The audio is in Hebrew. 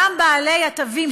גם בעלי התווים,